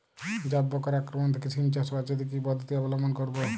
জাব পোকার আক্রমণ থেকে সিম চাষ বাচাতে কি পদ্ধতি অবলম্বন করব?